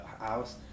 house